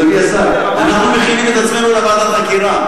אדוני השר, אנחנו מכינים את עצמנו לוועדת החקירה.